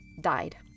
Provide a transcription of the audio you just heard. died